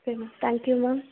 சரி thank you ma'am